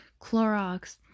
Clorox